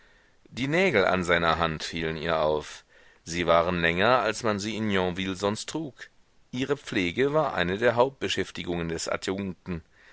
die nägel an seiner hand fielen ihr auf sie waren länger als man sie in yonville sonst trug ihre pflege war eine der hauptbeschäftigungen des adjunkten